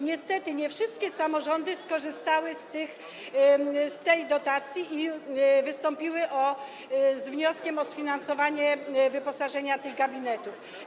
Niestety nie wszystkie samorządy skorzystały z tej dotacji i wystąpiły z wnioskiem o sfinansowanie wyposażenia tych gabinetów.